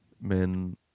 men